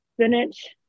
spinach